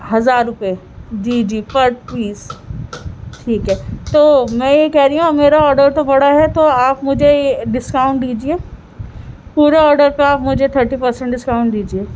ہزار روپئے جی جی پر پیس ٹھیک ہے تو میں یہ کہہ رہی ہوں میرا آڈر تو بڑا ہے تو آپ مجھے ڈسکاؤنٹ دیجیے پورے آڈر کا آپ مجھے تھرٹی پرسنٹ ڈسکاؤنٹ دیجیے